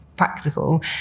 practical